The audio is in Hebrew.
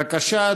בבקשה,